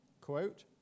Quote